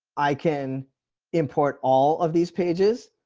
i can import all of these pages,